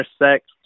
intersect